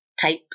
type